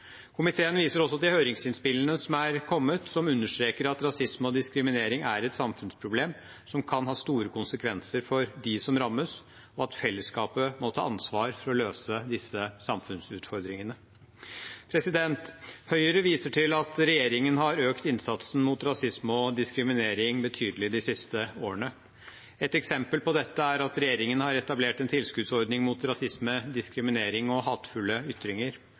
Komiteen viser også til høringsinnspillene som er kommet, som understreker at rasisme og diskriminering er et samfunnsproblem som kan ha store konsekvenser for dem som rammes, og at fellesskapet må ta ansvar for å løse disse samfunnsutfordringene. Høyre viser til at regjeringen har økt innsatsen mot rasisme og diskriminering betydelig de siste årene. Et eksempel på dette er at regjeringen har etablert en tilskuddsordning mot rasisme, diskriminering og hatefulle ytringer.